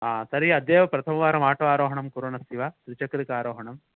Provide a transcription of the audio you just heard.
तर्हि अद्य प्रथमवारं आटो आरोहणं कुर्वन् अस्ति वा द्विचक्रिका आरोहणम्